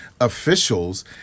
officials